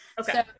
okay